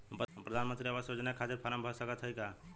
हम प्रधान मंत्री आवास योजना के खातिर फारम भर सकत हयी का?